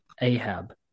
Ahab